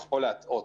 יכול להטעות.